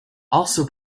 also